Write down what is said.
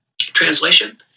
Translation